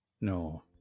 No